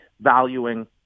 valuing